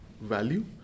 value